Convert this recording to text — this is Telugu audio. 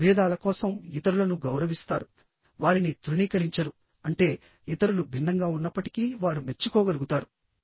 వారు విభేదాల కోసం ఇతరులను గౌరవిస్తారు వారిని తృణీకరించరు అంటే ఇతరులు భిన్నంగా ఉన్నప్పటికీ వారు మెచ్చుకోగలుగుతారు